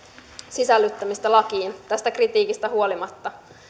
sisällyttämistä lakiin tästä kritiikistä huolimatta